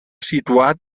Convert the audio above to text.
situat